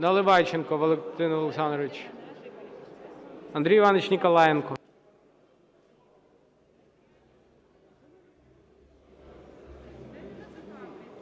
Наливайченко Валентин Олександрович. Андрій Іванович Ніколаєнко.